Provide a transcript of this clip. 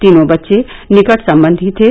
तीनों बच्चे निकट संबंधी थे